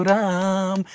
Ram